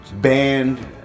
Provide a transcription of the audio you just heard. band